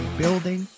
building